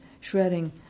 Shredding